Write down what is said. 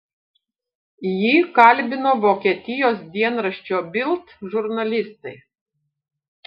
jį kalbino vokietijos dienraščio bild žurnalistai